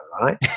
right